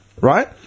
right